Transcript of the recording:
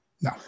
No